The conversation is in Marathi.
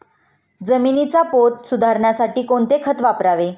जमिनीचा पोत सुधारण्यासाठी कोणते खत वापरावे?